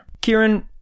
Kieran